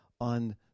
on